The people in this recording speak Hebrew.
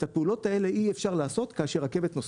את הפעולות האלה אי אפשר לעשות כאשר רכבת נוסעת,